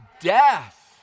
Death